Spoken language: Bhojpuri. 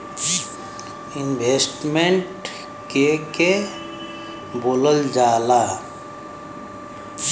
इन्वेस्टमेंट के के बोलल जा ला?